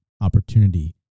opportunity